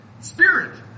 spirit